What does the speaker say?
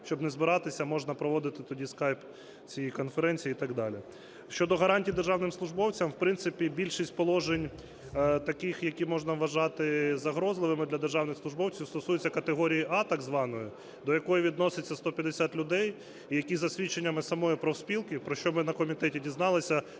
щоб не збиратися, можна проводити тоді "скайп" цієї конференції і так далі. Щодо гарантій державним службовцям. В принципі, більшість положень таких, які можна вважати загрозливими для державних службовців, стосується категорії "А" так званої, до якої відноситься 150 людей, які, за свідченнями самої профспілки, про що ми на комітеті дізналися,